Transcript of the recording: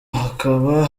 hakaba